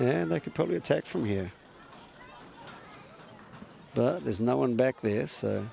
and i could probably attack from here but there's no one back there